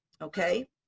okay